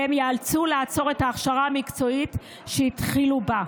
והם ייאלצו לעצור את ההכשרה המקצועית שהתחילו בה.